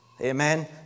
Amen